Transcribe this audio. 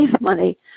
money